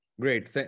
Great